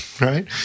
Right